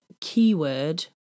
keyword